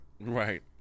Right